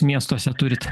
miestuose turite